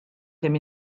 kemm